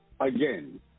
again